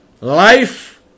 life